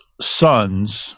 sons